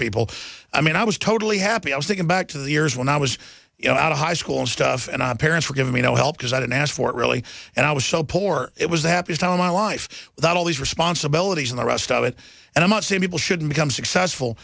people i mean i was totally happy i was thinking back to the years when i was you know out of high school and stuff and parents were giving me no help because i didn't ask for it really and i was so poor it was the happiest time of my life that all these responsibilities and the rest of it and i'm not saying people should become successful